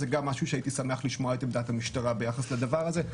זה גם משהו שהייתי שמח לשמוע את עמדת המשטרה ביחס לדבר הזה.